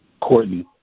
Courtney